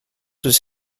was